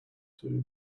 too